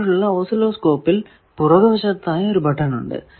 ഇപ്പോഴുള്ള ഓസിലോസ്കോപ്പിൽ പുറകുവശത്തായി ഒരു ബട്ടൺ ഉണ്ട്